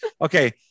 okay